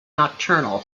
nocturnal